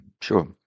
sure